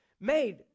made